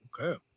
Okay